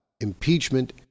Impeachment